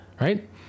right